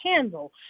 handle